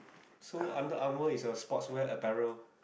so Under-Armour is your sports wear apparel